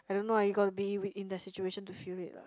I don't know ah you got be with in their situation to feel it lah